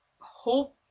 hope